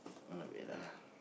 wait lah